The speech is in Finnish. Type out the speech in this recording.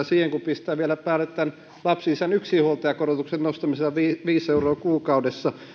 siihen kun pistää vielä päälle tämän lapsilisän yksinhuoltajakorotuksen nostamisen viisi euroa kuukaudessa